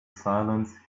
silence